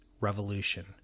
Revolution